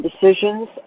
decisions